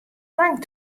lang